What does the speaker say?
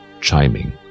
chiming